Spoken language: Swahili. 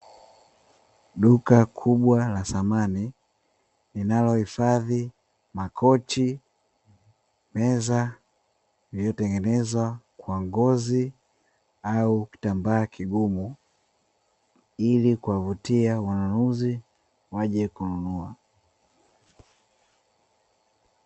Duka kubwa la samani linalo hifadhi makochi na meza, yaliyotengenezwa kwa ngozi au kitamba kigumu ili kuwavutia wanunuzi waje kununua.